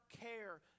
care